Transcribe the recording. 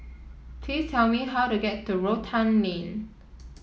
please tell me how to get to Rotan Lane